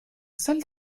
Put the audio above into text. salle